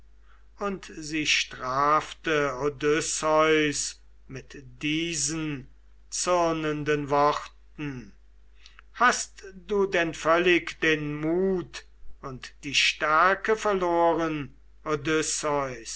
und sie strafte odysseus mit diesen zürnenden worten hast du denn völlig den mut und die stärke verloren